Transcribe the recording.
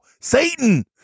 Satan